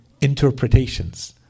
Interpretations